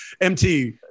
MT